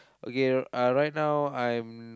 okay uh right now I'm